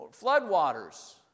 floodwaters